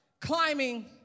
climbing